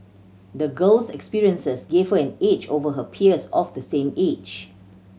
the girl's experiences gave her an edge over her peers of the same age